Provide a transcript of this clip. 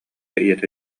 ийэтэ